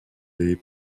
des